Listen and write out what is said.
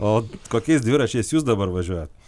o kokiais dviračiais jūs dabar važiuojat